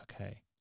okay